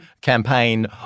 campaign